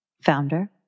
founder